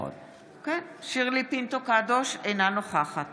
שירלי פינטו קדוש, אינה נוכחת